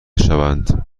شوند